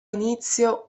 inizio